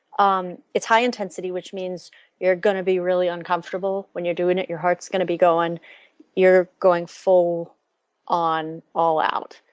um it's high intensity which means you're going to be really uncomfortable. when you're doing it your heart is going to be going you're going full on all out.